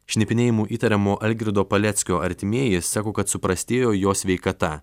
šnipinėjimu įtariamo algirdo paleckio artimieji sako kad suprastėjo jo sveikata